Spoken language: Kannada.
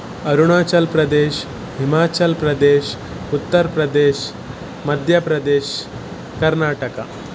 ಅರುಣಾಚಲ್ ಪ್ರದೇಶ್ ಹಿಮಾಚಲ್ ಪ್ರದೇಶ್ ಉತ್ತರ್ ಪ್ರದೇಶ್ ಮಧ್ಯ ಪ್ರದೇಶ್ ಕರ್ನಾಟಕ